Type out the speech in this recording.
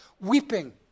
weeping